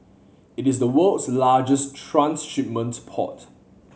it is the world's largest transshipment port